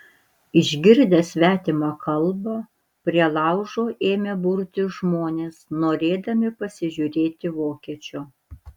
išgirdę svetimą kalbą prie laužo ėmė burtis žmonės norėdami pasižiūrėti vokiečio